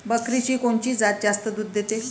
बकरीची कोनची जात जास्त दूध देते?